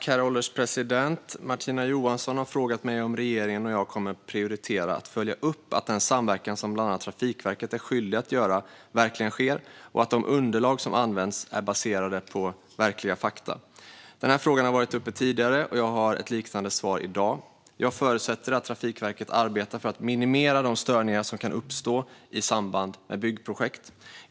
Herr ålderspresident! Martina Johansson har frågat mig om regeringen och jag kommer att prioritera att följa upp att den samverkan som bland annat Trafikverket är skyldig att göra verkligen sker och att de underlag som används är baserade på verkliga fakta. Frågan har varit uppe tidigare, och jag har ett liknande svar i dag. Jag förutsätter att Trafikverket arbetar för att minimera de störningar som kan uppstå i samband med byggprojekt.